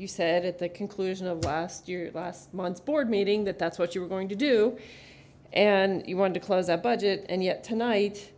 you said at the conclusion of last year last month's board meeting that that's what you were going to do and you want to close a budget and yet tonight